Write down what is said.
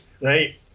right